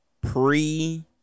pre